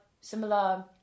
similar